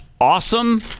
awesome